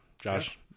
Josh